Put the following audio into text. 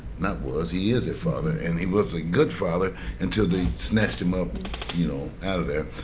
not was, he is a father. and he was a good father until they snatched him up you know out of there.